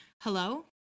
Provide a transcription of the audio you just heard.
hello